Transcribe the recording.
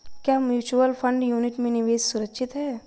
क्या mutual fund unit में निवेश सुरक्षित है?